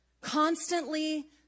Constantly